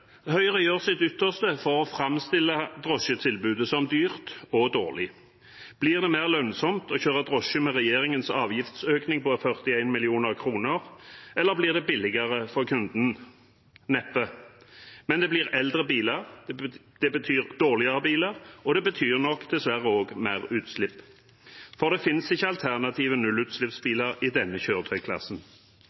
Høyre gjør sitt ytterste for å framstille drosjetilbudet som dyrt og dårlig. Blir det mer lønnsomt å kjøre drosje med regjeringens avgiftsøkning på 41 mill. kr, eller blir det billigere for kunden? Neppe. Men det blir eldre biler. Det betyr dårligere biler, og det betyr nok dessverre også mer utslipp, for det finnes ikke alternative nullutslippsbiler i denne kjøretøyklassen.